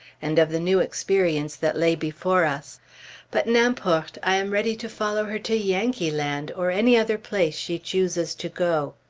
and of the new experience that lay before us but n'importe! i am ready to follow her to yankeeland, or any other place she chooses to go.